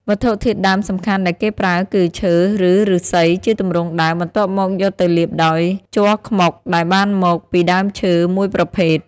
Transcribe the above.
វត្ថុធាតុដើមសំខាន់ដែលគេប្រើគឺ ឈើ ឬឫស្សី ជាទម្រង់ដើម បន្ទាប់មកយកទៅលាបដោយ ជ័រខ្មុក ដែលបានមកពីដើមឈើមួយប្រភេទ។